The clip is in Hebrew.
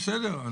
בסדר.